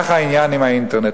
כך העניין עם האינטרנט.